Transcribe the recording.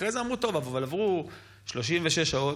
אחרי זה אמרו: טוב, אבל עברו 36 שעות.